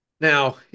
Now